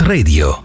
Radio